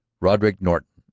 roderick norton,